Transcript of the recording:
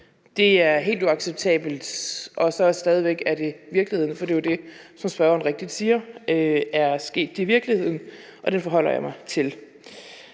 Det er helt uacceptabelt, men stadig væk er det virkelighed, for det er jo, som spørgeren rigtigt siger, det, der er sket i virkeligheden, og den forholder jeg mig til.